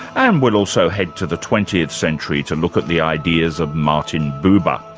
and we'll also head to the twentieth century to look at the ideas of martin buber.